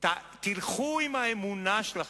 תלכו עם האמונה שלכם,